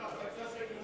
אדוני היושב-ראש,